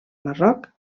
marroc